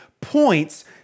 points